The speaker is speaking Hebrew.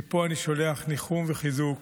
מפה אני שולח ניחום וחיזוק